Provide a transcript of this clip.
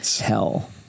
hell